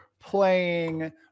playing